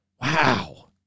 Wow